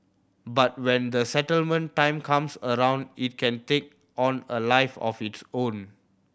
but when the settlement time comes around it can take on a life of its own